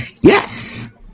Yes